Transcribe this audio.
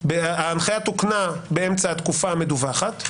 ההנחיה תוקנה באמצע התקופה המדווחת.